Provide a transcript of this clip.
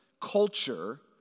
Culture